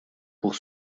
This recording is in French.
pour